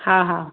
हा हा